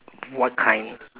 what kind